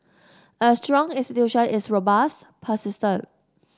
a strong institution is robust persistent